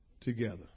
together